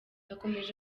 yakomeje